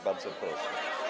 Bardzo proszę.